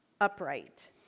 upright